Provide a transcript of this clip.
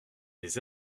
des